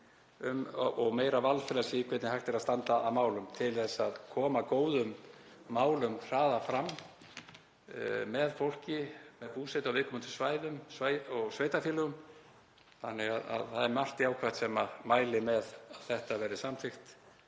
og meira valfrelsi um hvernig hægt er að standa að málum til að koma góðum málum hraðar fram, með fólki með búsetu á viðkomandi svæðum og sveitarfélögum, þannig að það er margt jákvætt sem mælir með að þetta verði samþykkt,